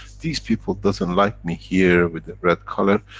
these people doesn't like me here, with the red color,